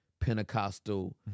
pentecostal